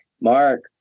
mark